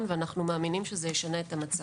ואנחנו מאמינים שזה ישנה את המצב.